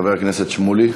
חבר הכנסת שמולי